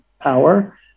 power